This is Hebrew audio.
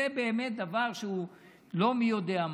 זה באמת דבר שהוא לא מי יודע מה.